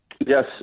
Yes